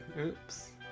Oops